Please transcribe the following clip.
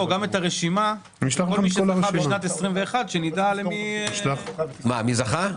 גם את הרשימה של מי שזכה ב-21', שנדע מי זכה.